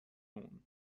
اون